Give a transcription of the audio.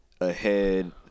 ahead